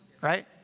right